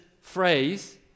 phrase